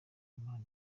imana